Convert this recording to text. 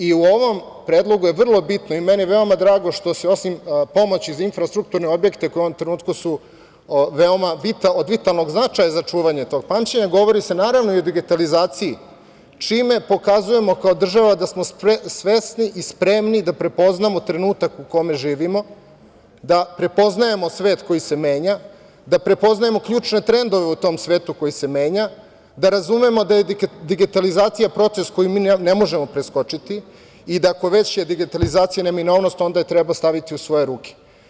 I u ovom Predlogu je vrlo bitno i meni veoma drago što se, osim pomoći za infrastrukturne objekte, u ovom trenutku su od vitalnog značaja za čuvanje tog pamćenja, govori se i o digitalizaciji, čime pokazujemo kao država da smo svesni i spremni da prepoznamo trenutak u kome živimo, da prepoznajemo svet koji se menja, da prepoznajemo ključne trendove u tom svetu koji se menja, da razumemo da je digitalizacija proces koji mi ne možemo preskočiti i da ako je već digitalizacija neminovnost onda je treba staviti u svoje ruke.